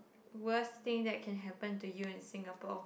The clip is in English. worst thing that can happen to you in Singapore